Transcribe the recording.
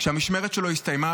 כשהמשמרת שלו הסתיימה,